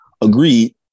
agreed